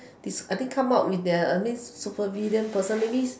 this I think come up with their I mean super villain person maybe